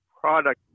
product